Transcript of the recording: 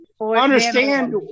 understand